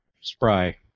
spry